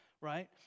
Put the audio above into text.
Right